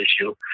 issue